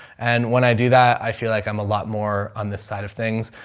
and when i do that, i feel like i'm a lot more on this side of things.